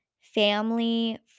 family